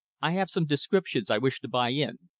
i have some descriptions i wish to buy in.